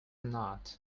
not